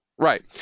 Right